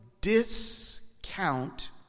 discount